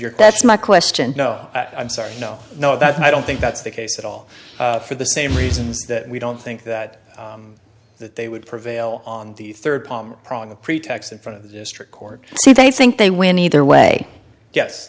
your that's my question no i'm sorry no no that's i don't think that's the case at all for the same reasons that we don't think that that they would prevail on the third palm frond the pretext in front of the district court so they think they win either way